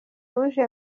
uje